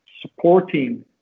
supporting